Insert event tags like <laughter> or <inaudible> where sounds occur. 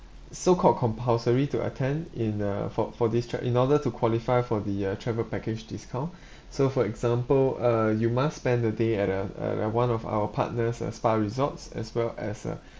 so called compulsory to attend in uh for for this tra~ in order to qualify for the uh travel package discount <breath> so for example uh you must spend a day at uh uh at one of our partners' uh spa resorts as well as uh